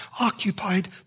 occupied